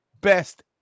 best